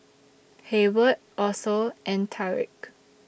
Hayward Otho and Tarik